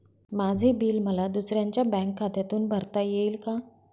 माझे बिल मला दुसऱ्यांच्या बँक खात्यातून भरता येईल का?